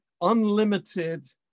unlimited